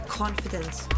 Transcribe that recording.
confidence